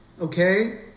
Okay